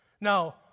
Now